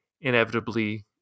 inevitably